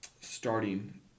starting